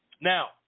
now